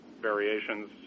variations